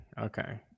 Okay